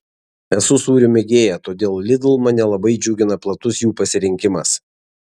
esu sūrių mėgėja todėl lidl mane labai džiugina platus jų pasirinkimas